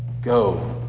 go